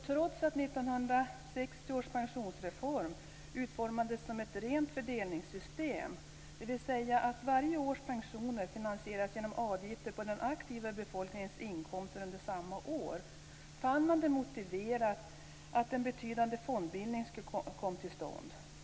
Trots att 1960 års pensionsreform utformades som ett rent fördelningssystem, dvs. att varje års pensioner finansieras genom avgifter på den aktiva befolkningens inkomster under samma år, fann man det motiverat att en betydande fondbildning kom till stånd.